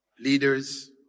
leaders